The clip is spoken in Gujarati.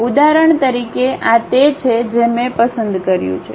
ઉદાહરણ તરીકે આ તે છે જે મેં પસંદ કર્યું છે